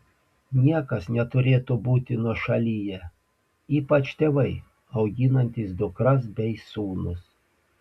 niekas neturėtų būti nuošalyje ypač tėvai auginantys dukras bei sūnus